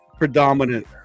predominant